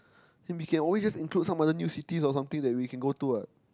then we can always just include some other new cities or something we can go to what